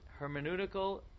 hermeneutical